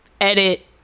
edit